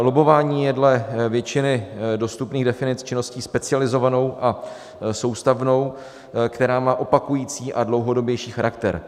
Lobbování je dle většiny dostupných definic činností specializovanou a soustavnou, která má opakující se a dlouhodobější charakter.